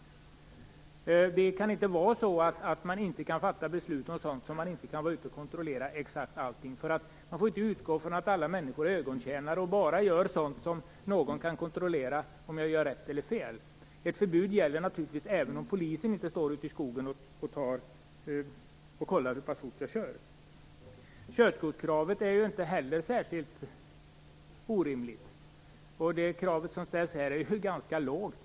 Det kan inte vara så att man inte kan fatta beslut om sådant som man inte hela tiden kan vara ute och kontrollera exakt. Man får inte utgå från att alla människor är ögontjänare och bara gör sådant som någon kan kontrollera om det är rätt eller fel. Ett förbud gäller naturligtvis även om polisen inte står ute i skogen och kollar hur fort jag kör. Körkortskravet är inte heller särskilt orimligt. Det krav som ställs är ganska lågt.